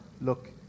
look